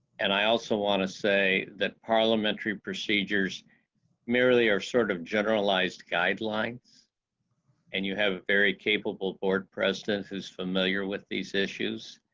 and i also wanna say that parliamentary procedures merely are sort of generalized guidelines and you have a very capable board president who is familiar with these issues.